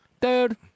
Dude